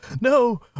no